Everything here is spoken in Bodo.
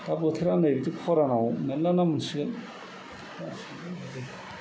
दा बोथोरा नैबिदि खरानाव मेरला ना मोनसिगोन